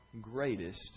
greatest